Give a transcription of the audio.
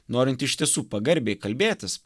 norint iš tiesų pagarbiai kalbėtis